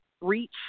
reach